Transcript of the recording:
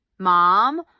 mom